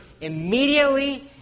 immediately